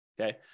Okay